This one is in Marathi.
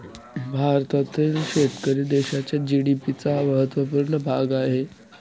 भारतातील शेतकरी देशाच्या जी.डी.पी चा महत्वपूर्ण भाग आहे